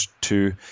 two